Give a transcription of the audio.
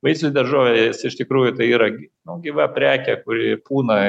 vaisiai daržovės iš tikrųjų tai yra nu gyva prekė kuri pūna